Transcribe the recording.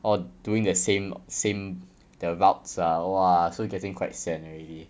all doing the same same the routes ah !wah! so getting quite sian already